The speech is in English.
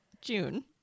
june